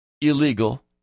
illegal